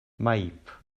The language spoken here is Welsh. maip